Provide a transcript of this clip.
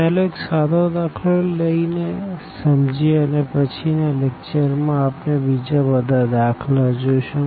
ચાલો એક સાદો દાખલો લઈને સમજીએ અને પછી ના લેકચર માં આપણે બીજા બધા દાખલા જોશું